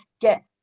get